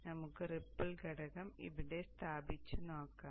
അതിനാൽ നമുക്ക് റിപ്പിൾ ഘടകം ഇവിടെ സ്ഥാപിച്ച് നോക്കാം